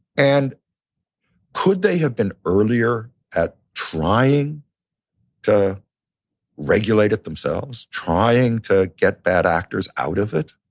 and could they have been earlier at trying to regulate it themselves? trying to get bad actors out of it?